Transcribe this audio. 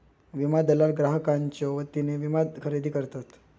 विमा दलाल ग्राहकांच्यो वतीने विमा खरेदी करतत